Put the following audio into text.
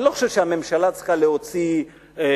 אני לא חושב שהממשלה צריכה להוציא הוראות